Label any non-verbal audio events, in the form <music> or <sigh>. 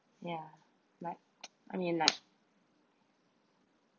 ya like <noise> I mean like